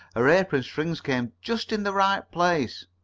her apron strings came just in the right place.